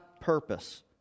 purpose